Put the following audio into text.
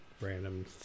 random